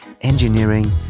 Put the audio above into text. engineering